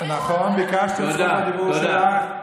--- ביקשת את זכות הדיבור שלך,